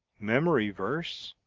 memory verse,